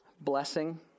blessing